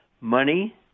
Money